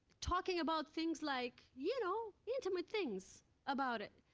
talking about things like you know, intimate things about it.